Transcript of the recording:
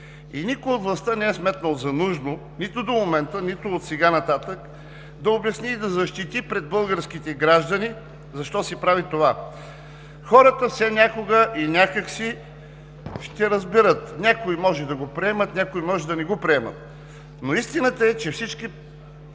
Никой от властта не е сметнал за нужно – нито до момента, нито от сега нататък, да обясни и защити пред българските граждани защо се прави това. Хората все някога и някак си ще разберат, а някои може да го приемат, някои може да не го приемат. Истината е, че всички